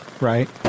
Right